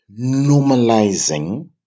normalizing